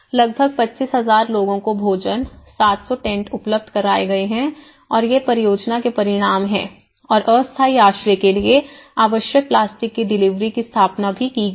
लगभग 25000 लोगों को भोजन 700 टेंट उपलब्ध कराए गए हैं और ये परियोजना के परिणाम हैं और अस्थायी आश्रय के लिए आवश्यक प्लास्टिक की डिलीवरी की स्थापना भी की गई है